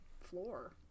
floor